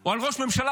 או על ראש ממשלה,